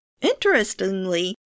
Interestingly